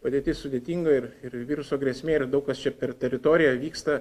padėtis sudėtinga ir ir viruso grėsmė ir daug kas čia per teritoriją vyksta